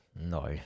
No